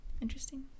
interesting